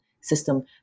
system